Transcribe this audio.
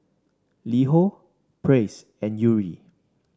LiHo Praise and Yuri